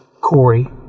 Corey